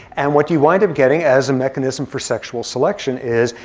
and what you wind up getting as a mechanism for sexual selection is,